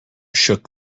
shook